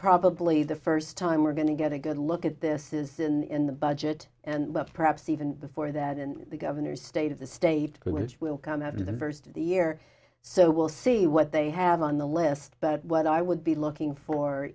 probably the first time we're going to get a good look at this is in the budget and perhaps even before that in the governor's state of the state which will come after the verst of the year so we'll see what they have on the list but what i would be looking for